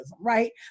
right